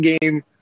game